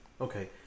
okay